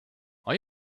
are